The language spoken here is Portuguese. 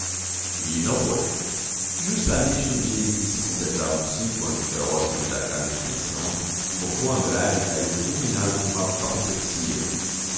e não foi justamente no dia em que se completavam cinco anos que era hóspede da casa de pensão vovô andrade caiu fulminado por uma apoplexia